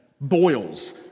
Boils